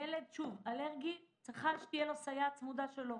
ילד אלרגי, צריכה להיות לו סייעת צמודה משלו.